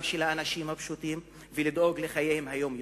של האנשים הפשוטים ולדאוג לחייהם היומיומיים.